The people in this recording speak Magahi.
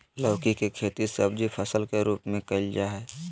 लौकी के खेती सब्जी फसल के रूप में कइल जाय हइ